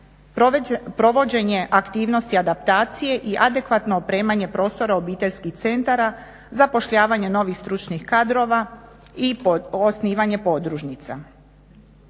provođenje aktivnosti adaptacije i adekvatno opremanje prostora obiteljskih centara, zapošljavanje novih stručnih kadrova i osnivanje podružnica.